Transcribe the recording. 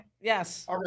Yes